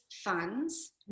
funds